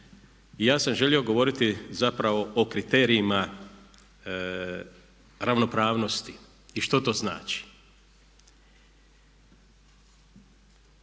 ja sam želio govoriti zapravo o kriterijima ravnopravnosti i što to znači.